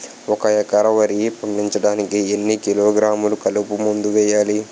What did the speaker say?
ఒక ఎకర వరి పండించటానికి ఎన్ని కిలోగ్రాములు కలుపు మందు వేయాలి?